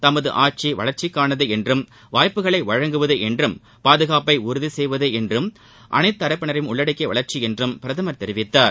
தமது ஆட்சி வளர்ச்சிக்கானது என்றும் வாய்ப்புக்களை வழங்குவது என்றும் பாதுகாப்பை உறுதி செய்வது என்றும் அனைத்து தரப்பினரையும் உள்ளடக்கிய வளர்ச்சி என்றும் பிரதமர் தெரிவித்தார்